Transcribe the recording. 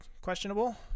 questionable